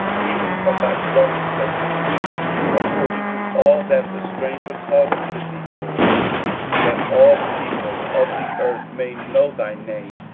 even from thy dwelling place, and do according to all that the stranger calleth to thee for that all people of the earth may know thy name,